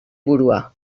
burua